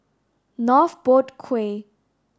North Boat Quay